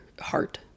heart